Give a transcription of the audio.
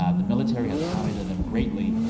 ah the military has accommodated them greatly.